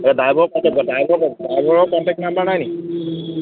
অঁ ড্ৰাইভাৰ ক'ত আছে ড্ৰাইভাৰ ক'ত ড্ৰাইভাৰৰ কণ্টেক্ট নাম্বাৰ নাই নেকি